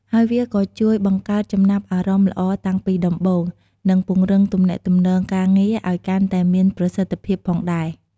ហើយវាក៏ជួយបង្កើតចំណាប់អារម្មណ៍ល្អតាំងពីដំបូង និងពង្រឹងទំនាក់ទំនងការងារឲ្យកាន់តែមានប្រសិទ្ធភាពផងដែរ។